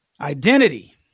Identity